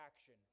action